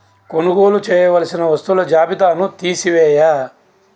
కొనుగోలు చేయవలసిన వస్తువుల జాబితాను తీసివేయి